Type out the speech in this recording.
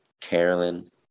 Carolyn